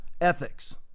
ethics